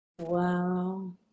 Wow